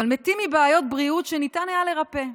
אבל מתים מבעיות בריאות שניתן היה לרפא.